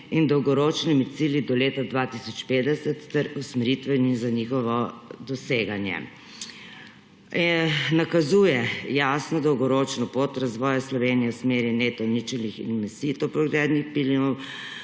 in dolgoročnimi cilji do leta 2050 ter usmeritvami za njihovo doseganje; nakazuje jasno dolgoročno pot razvoja Slovenije v smeri ničelnih emisij toplogrednih plinov;